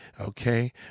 okay